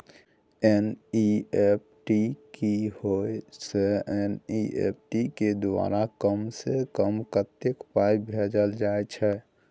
NEFT की होय छै एन.ई.एफ.टी के द्वारा कम से कम कत्ते पाई भेजल जाय छै?